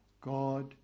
God